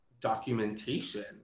documentation